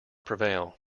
prevail